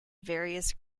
various